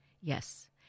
Yes